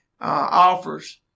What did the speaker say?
offers